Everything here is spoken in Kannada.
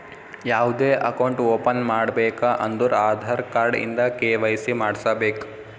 ಯಾವ್ದೇ ಅಕೌಂಟ್ ಓಪನ್ ಮಾಡ್ಬೇಕ ಅಂದುರ್ ಆಧಾರ್ ಕಾರ್ಡ್ ಇಂದ ಕೆ.ವೈ.ಸಿ ಮಾಡ್ಸಬೇಕ್